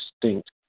distinct